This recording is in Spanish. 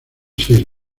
seis